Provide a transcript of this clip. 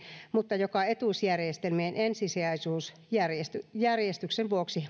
mutta joka etuusjärjestelmien ensisijaisuusjärjestyksen vuoksi